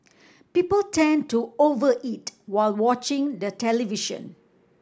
people tend to over eat while watching the television